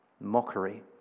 mockery